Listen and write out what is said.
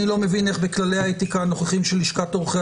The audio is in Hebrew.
אני לא מבין איך בכללי האתיקה הנוכחיים של לשכת עורכי